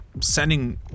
sending